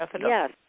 yes